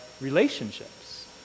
relationships